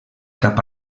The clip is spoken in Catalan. cap